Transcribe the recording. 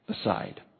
aside